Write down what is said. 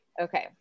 Okay